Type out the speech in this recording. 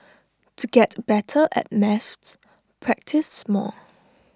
to get better at maths practise more